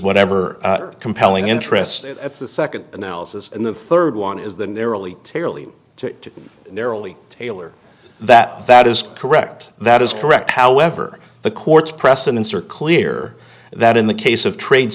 whatever compelling interest at the second analysis and the third one is the narrowly to really to narrowly tailored that that is correct that is correct however the court's precedents are clear that in the case of trade